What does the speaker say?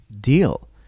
deal